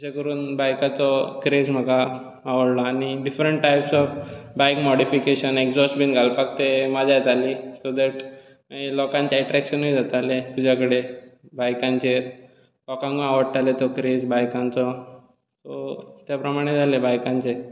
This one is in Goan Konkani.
अशें करून बायकाचो क्रेझ म्हाका आवाडलो आनी different types of bike modification exhaust बीन घालपाक तें मजा येता न्ही सो दॅट मागीर लोकांचें ऍट्रॅक्शनूय जातालें तुज्या कडेन बायकांचेर लोकांगूय आवाडटालो तो क्रेझ बायकांचो सो त्या प्रमाणे जालें बायकांचेर